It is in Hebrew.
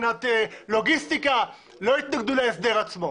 מבחינת לוגיסטיקה לא התנגדו להסדר עצמו.